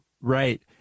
Right